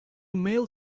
male